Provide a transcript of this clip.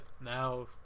Now